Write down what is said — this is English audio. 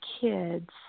kids